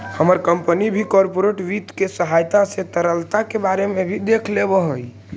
हमर कंपनी भी कॉर्पोरेट वित्त के सहायता से तरलता के बारे में भी देख लेब हई